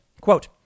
quote